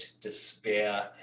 despair